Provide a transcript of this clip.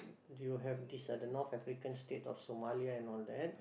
you have this other North African states of Somalia and all that